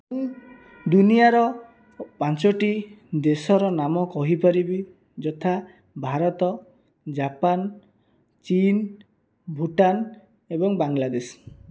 ମୁଁ ଦୁନିଆର ପାଞ୍ଚଟି ଦେଶର ନାମ କହିପାରିବି ଯଥା ଭାରତ ଜାପାନ ଚୀନ ଭୁଟାନ ଏବଂ ବାଂଲାଦେଶ